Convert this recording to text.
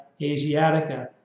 Asiatica